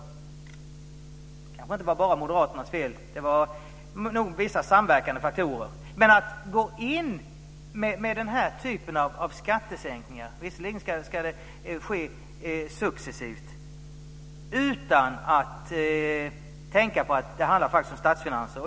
Det kanske inte bara var moderaternas fel, det var nog vissa samverkande faktorer. Men nu vill man gå in med den här typen av skattesänkningar. Visserligen ska det ske successivt. Man vill göra det utan att tänka på att det faktiskt handlar om statsfinanser.